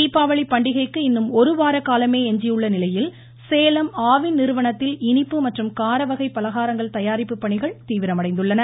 தீபாவளி பண்டிகைக்கு இன்னும் ஒருவார காலமே எஞ்சியுள்ளநிலையில் சேலம் ஆவின் நிறுவனத்தில் இனிப்பு மற்றும் காரவகை பலகாரங்கள் தயாரிப்புப் பணிகள் தீவிரமடைந்துள்ளன